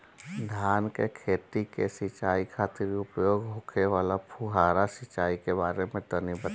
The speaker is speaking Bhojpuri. धान के खेत की सिंचाई खातिर उपयोग होखे वाला फुहारा सिंचाई के बारे में तनि बताई?